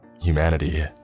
Humanity